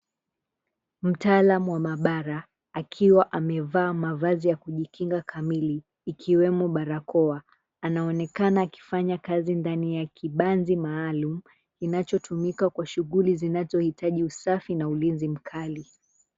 Mtaalamu wa maabara akiwa amevaa mavazi ya kujikinga kamili, ikiwemo barakoa, anaonekana akifanya kazi ndani ya kibanzi maalum, kinachotumika kwa shughuli zinazohitaji usafi na ulinzi mkali.